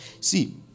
See